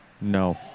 No